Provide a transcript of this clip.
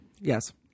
Yes